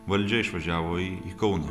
valdžia išvažiavo į į kauną